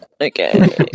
Okay